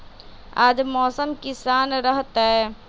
आज मौसम किसान रहतै?